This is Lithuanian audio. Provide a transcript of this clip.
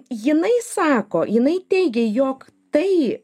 jinai sako jinai teigia jog tai